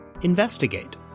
investigate